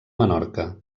menorca